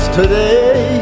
today